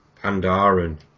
Pandaren